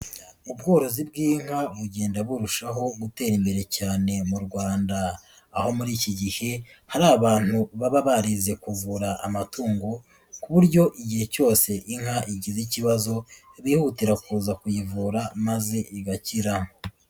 Ubworozi bw'inka bugenda burushaho gutera imbere cyane mu Rwanda, aho muri iki gihe hari abantu baba barize kuvura amatungo ku buryo igihe cyose inka igize ikibazo, bihutira kuza kuyivura maze igakira.